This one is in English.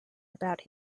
about